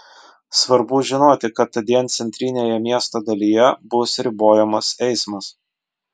svarbu žinoti kad tądien centrinėje miesto dalyje bus ribojamas eismas